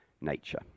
nature